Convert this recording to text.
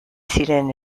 ziren